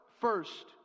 first